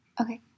okay